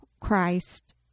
Christ